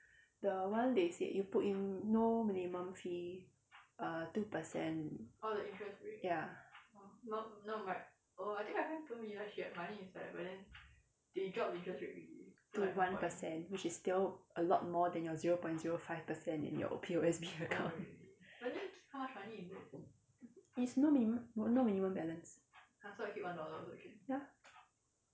the one they said you put in no minimum fee uh two percent ya to one percent which is still a lot more than your zero point zero five percent in your P_O_S_B account is no minimum no minimum balance ya